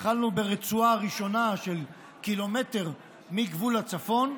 התחלנו ברצועה ראשונה של קילומטר מגבול הצפון,